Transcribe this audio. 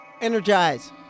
Energize